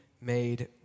made